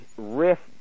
rift